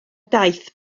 daith